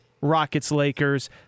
Rockets-Lakers